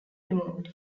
removed